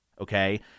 Okay